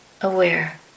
aware